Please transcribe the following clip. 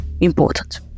important